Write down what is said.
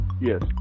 Yes